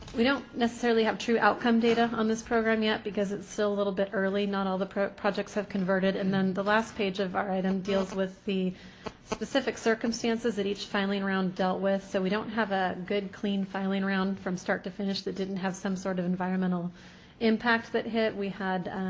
we don't necessarily have true outcome data on this program yet because it's still a little bit early. not all the projects have converted. and then the last page of our item deals with the specific circumstances that each filing round dealt with. so we don't have a good clean filing round from start to finish that didn't have some sort of environmental impact that hit. we had